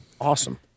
Awesome